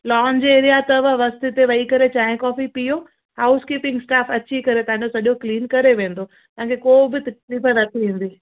lounge area अथव मस्तु हिते वेही करे चांहि कॉफ़ी पीयो हाऊस कीपींग स्टाफ़ अची करे तव्हांजो सॼो क्लीन करे वेंदो तव्हांखे को बि तकलीफ़ न थींदी